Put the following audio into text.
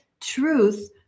truth